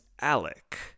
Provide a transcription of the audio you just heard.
Alec